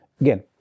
again